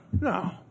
No